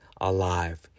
alive